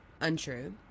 untrue